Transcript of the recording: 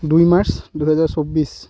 দুই মাৰ্চ দুহেজাৰ চৌব্বিছ